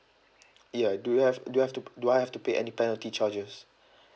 ya do you have do you have to do I have to pay any penalty charges